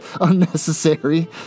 unnecessary